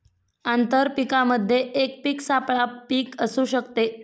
आंतर पीकामध्ये एक पीक सापळा पीक असू शकते